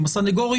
הסנגורים,